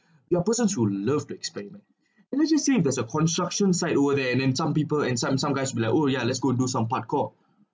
you're persons who loved to explai~ lets just say there is a construction site over there and then some people and some some guys be like oh ya let's go and do some park tour